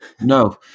No